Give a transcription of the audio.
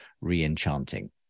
re-enchanting